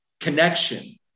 connection